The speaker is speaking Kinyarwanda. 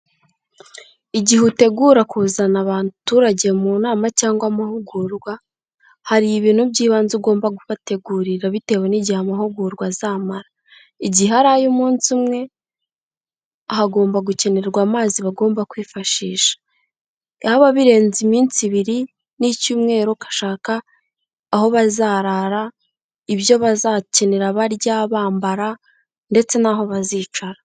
Igihe utegura kuzana abaturage mu nama cyangwa amahugurwa hari ibintu by'ibanze ugomba kubategurira bitewe n'igihe amahugurwa azamara. Igihe ari ay'umunsi umwe hagomba gukenerwa amazi bagomba kwifashisha. Yaba birenze iminsi ibiri n'icyumweru ugashaka aho bazarara, ibyo bazakenera barya bambara, ndetse n'aho bazicara.